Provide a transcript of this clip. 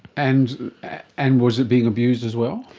and and was it being abused as well?